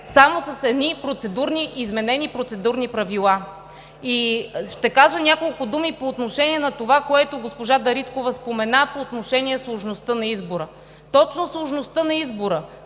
само с едни изменени процедурни правила. Ще кажа няколко думи по това, което госпожа Дариткова спомена по отношение сложността на избора. Точно сложността на избора,